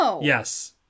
Yes